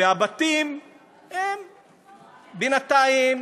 והבתים הם בינתיים